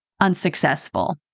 unsuccessful